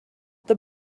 the